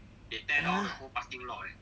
!huh!